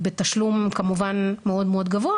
בתשלום כמובן מאוד מאוד גבוה.